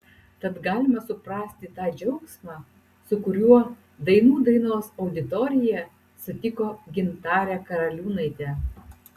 tad galima suprasti tą džiaugsmą su kuriuo dainų dainos auditorija sutiko gintarę karaliūnaitę